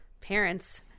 parents –